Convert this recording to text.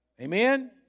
Amen